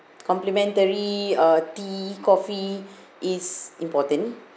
complimentary uh tea coffee is important